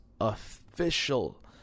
official